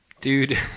Dude